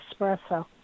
Espresso